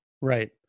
right